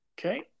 Okay